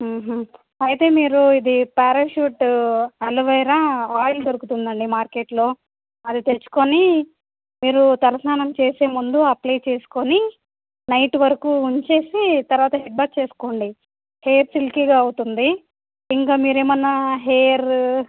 అయితే మీరు ఇది ప్యారష్యూట్ అలో వేరా ఆయిల్ దొరుకుతుందండి మార్కెట్లో అది తెచ్చుకొని మీరు తలస్నానం చేసే ముందు అప్లై చేసుకొని నైట్ వరకు ఉంచేసి తర్వాత హెడ్ బాత్ చేసుకోండి హెయిర్ సిల్కీగా అవుతుంది ఇంకా మీరేమైనా హెయిర్